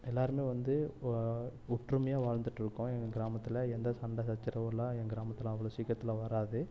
எல்லோருமே வந்து ஒற்றுமையாக வாழ்ந்துகிட்டு இருக்கோம் எங்கள் கிராமத்தில் எந்த சண்டை சச்சரவும் இல்லை என் கிராமத்தில் அவ்வளோ சீக்கிரத்துல வராது